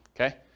okay